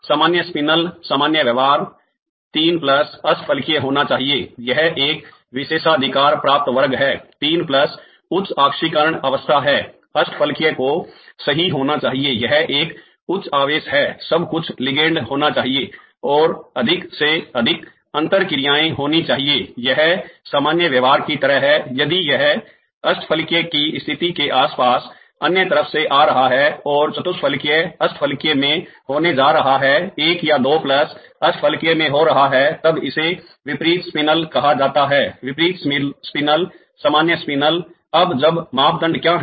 सामान्य स्पिनल सामान्य व्यवहार 3 प्लस अष्टफलकीय होना चाहिए यह एक विशेषाधिकार प्राप्त वर्ग है 3 प्लस उच्च ऑक्सीकरण अवस्था है अष्टफलकीय को सही होना चाहिए यह एक उच्च आवेश है l सब कुछ लिगेंड होना चाहिए और अधिक से अधिक अंतर क्रियाएं होनी चाहिए यह सामान्य व्यवहार की तरह है यदि यह अष्टफलकीय की स्थिति के आसपास अन्य तरफ से आ रहा है और चतुष्फलकीय अष्टफलकीय में होने जा रहा है एक या दो प्लस अष्टफलकीय में हो रहा है l पर तब इसे विपरीत स्पिनल कहा जाता है l विपरीत स्पिनल सामान्य स्पिनल अब जब मापदंड क्या है